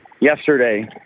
yesterday